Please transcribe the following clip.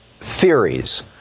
theories